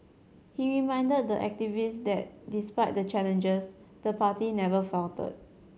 he reminded the activists that despite the challenges the party never faltered